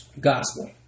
Gospel